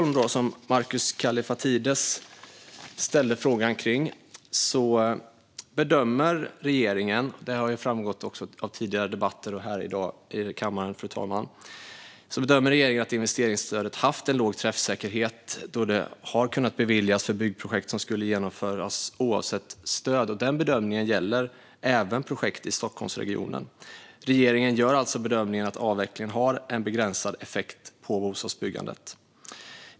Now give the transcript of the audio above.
Markus Kallifatides frågade om Stockholm. Som har framgått av tidigare debatter och även i dag här i kammaren, fru talman, bedömer regeringen att investeringsstödet har haft låg träffsäkerhet, då det har kunnat beviljas för byggprojekt som skulle ha genomförts oavsett stöd. Denna bedömning gäller även projekt i Stockholmsregionen. Regeringen gör alltså bedömningen att avvecklingen har en begränsad effekt på bostadsbyggandet.